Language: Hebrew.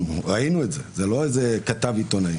אנחנו ראינו את זה, זה לא איזה כתב, עיתונאי.